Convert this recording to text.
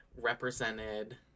represented